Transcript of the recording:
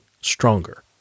stronger